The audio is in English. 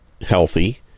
healthy